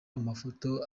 amafoto